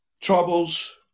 troubles